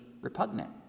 repugnant